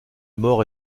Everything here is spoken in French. mort